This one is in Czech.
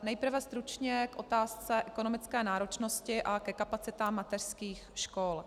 Nejprve stručně k otázce ekonomické náročnosti a ke kapacitám mateřských škol.